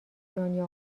دنیا